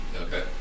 okay